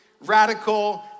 radical